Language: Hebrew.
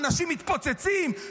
אנשים מתפוצצים,